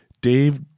Dave